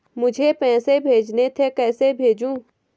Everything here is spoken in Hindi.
मुझे पैसे भेजने थे कैसे भेजूँ?